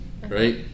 right